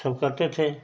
सब करते थे